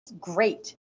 great